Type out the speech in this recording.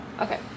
okay